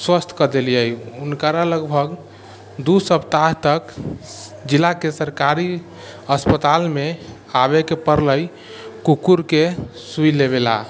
स्वस्थके देलियै हुनकारा लगभग दू सप्ताह तक जिलाके सरकारी अस्पतालमे आबैके पड़लै कुकुरके सूई लेबैला